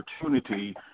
opportunity